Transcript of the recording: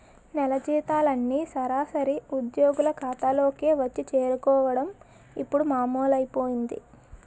నెల జీతాలన్నీ సరాసరి ఉద్యోగుల ఖాతాల్లోకే వచ్చి చేరుకోవడం ఇప్పుడు మామూలైపోయింది